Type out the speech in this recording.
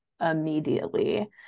immediately